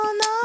no